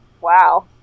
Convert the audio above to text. wow